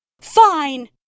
Fine